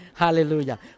Hallelujah